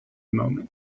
moment